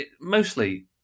mostly